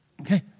Okay